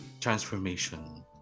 transformation